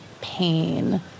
pain